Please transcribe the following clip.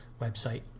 website